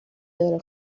داره